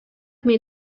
mnie